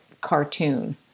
cartoon